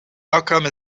outcome